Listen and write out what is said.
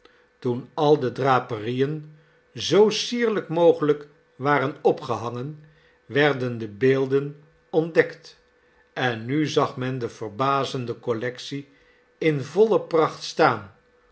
toen al de draperieen zoo sierlijk mogelijk waren opgehangen werden de beelden ontdekt en nu zag men de verbazende collectie in voile pracht staan